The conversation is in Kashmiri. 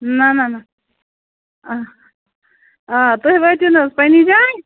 نہَ نہَ نہَ آ تُہۍ وٲتِو نہَ حَظ پنٕنی جاے